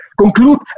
conclude